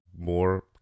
more